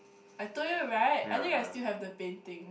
I told you right I think I still have the painting